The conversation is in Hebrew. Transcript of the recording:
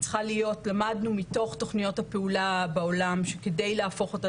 למדנו מתוך תוכניות הפעולה בעולם שכדי להפוך אותה